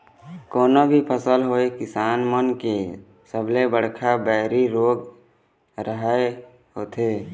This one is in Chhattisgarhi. कोनो भी फसल होवय किसान मन के सबले बड़का बइरी रोग राई ह होथे